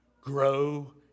grow